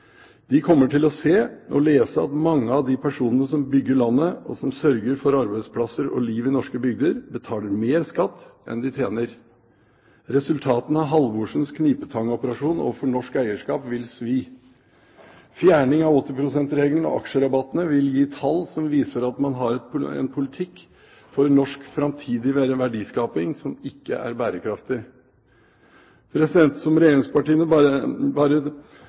De kommer til å se og lese at mange av de personene som bygger landet, og som sørger for arbeidsplasser og liv i norske bygder, betaler mer skatt enn de tjener. Resultatene av Halvorsens knipetangoperasjon overfor norsk eierskap vil svi. Fjerning av 80 pst.-regelen og aksjerabattene vil gi tall som viser at man har en politikk for norsk framtidig verdiskaping som ikke er bærekraftig. Om regjeringspartiene bare